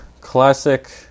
Classic